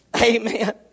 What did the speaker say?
Amen